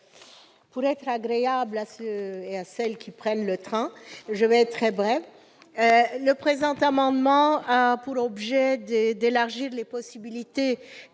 Pour être agréable à ceux qui prennent le train, je serai très brève. Le présent amendement a pour objet d'élargir les possibilités